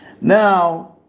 now